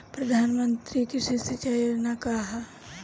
प्रधानमंत्री कृषि सिंचाई योजना का ह?